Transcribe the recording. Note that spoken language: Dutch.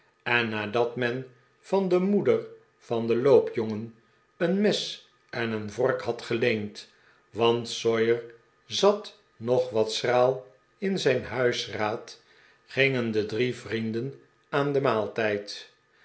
en nadat men van de moeder van den loopjongen een mes en een vork had geleend want sawyer zat nog wat schraal in zijn huisraad gingen de drie vrienden aan den maaltijd